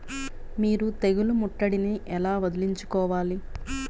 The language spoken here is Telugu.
మీరు తెగులు ముట్టడిని ఎలా వదిలించుకోవాలి?